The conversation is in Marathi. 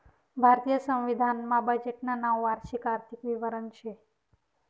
भारतीय संविधान मा बजेटनं नाव वार्षिक आर्थिक विवरण शे